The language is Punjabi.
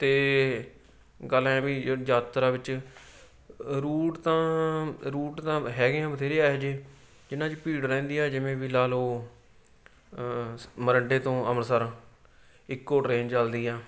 ਅਤੇ ਗੱਲ ਐਂ ਵੀ ਯਾਤਰਾ ਵਿੱਚ ਰੂਟ ਤਾਂ ਰੂਟ ਤਾਂ ਹੈਗੇ ਹਾਂ ਬਥੇਰੇ ਆ ਇਹੋ ਜਿਹੇ ਜਿਹਨਾਂ 'ਚ ਭੀੜ ਰਹਿੰਦੀ ਆ ਜਿਵੇਂ ਵੀ ਲਾ ਲਓ ਮੋਰਿੰਡੇ ਤੋਂ ਅੰਮ੍ਰਿਤਸਰ ਇੱਕੋ ਟ੍ਰੇਨ ਚੱਲਦੀ ਆ